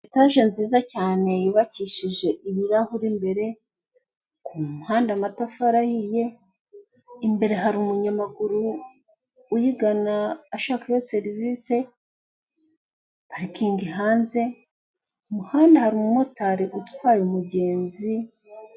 Etaje nziza cyane yubakishije ibirahuri mbere kumpande amatafari ahiye, imbere hari umunyamaguru uyigana ashakayo serivisi parikingi hanze mu muhanda hari umumotari utwaye umugenzi.